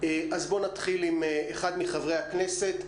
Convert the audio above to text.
עומר ינקלביץ'.